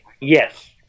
Yes